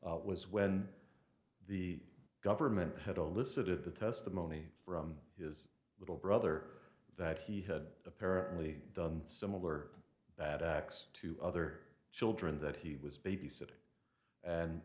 was when the government had to listen to the testimony from his little brother that he had apparently done similar that x to other children that he was babysitting and